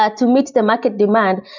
ah to meet the market demand.